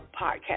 podcast